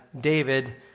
David